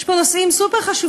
יש פה נושאים סופר-חשובים,